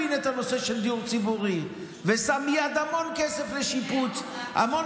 הבין את הנושא של דיור ציבורי ושם המון כסף לשיפוץ והמון